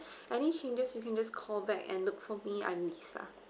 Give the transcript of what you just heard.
any changes you can just call back and look for me I'm lisa